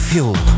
Fuel